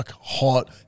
hot